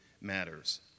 matters